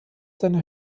seine